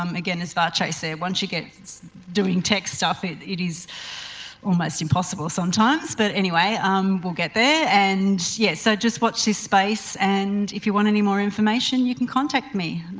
um again as vatche said once you get doing tech stuff it it is almost impossible sometimes. but anyway um we'll get there and yes so just watch this space and if you want any more information you can contact me.